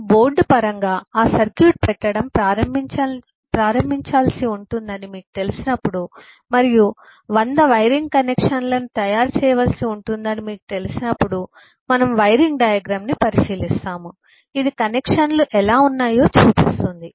మీరు బోర్డు పరంగా ఆ సర్క్యూట్ను పెట్టడం ప్రారంభించాల్సి ఉంటుందని మీకు తెలిసినప్పుడు మరియు 100 వైరింగ్ కనెక్షన్లను తయారు చేయవల్సి ఉంటుందని మీకు తెలిసినప్పుడు మనము వైరింగ్ డయాగ్రమ్ ని పరిశీలిస్తాము ఇది కనెక్షన్లు ఎలా ఉన్నాయో చూపిస్తుంది